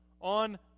on